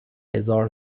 هزار